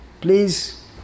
please